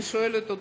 אני שואלת אותך,